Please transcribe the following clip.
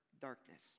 darkness